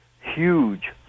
huge